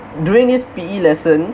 during this P_E lesson